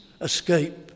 escape